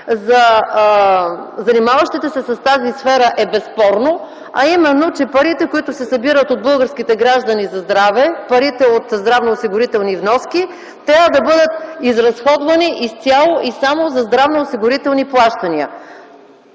за занимаващите се с тази сфера е безспорно, а именно, че парите, които се събират от българските граждани за здраве – парите от здравноосигурителни вноски, трябва да бъдат изразходвани изцяло и само за здравноосигурителни плащания.